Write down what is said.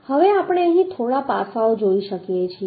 હવે આપણે અહીં થોડા પાસાઓ જોઈ શકીએ છીએ